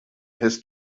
his